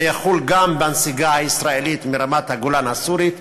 זה יחול גם בנסיגה הישראלית מרמת-הגולן הסורית,